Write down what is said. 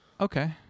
Okay